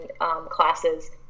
classes